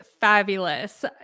fabulous